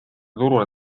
turule